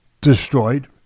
destroyed